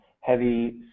heavy